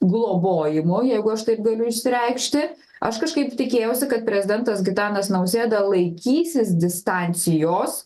globojimu jeigu aš taip galiu išsireikšti aš kažkaip tikėjausi kad prezidentas gitanas nausėda laikysis distancijos